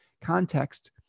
context